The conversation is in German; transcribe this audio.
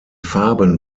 farben